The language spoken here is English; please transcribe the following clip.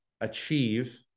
achieve